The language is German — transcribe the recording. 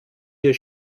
wir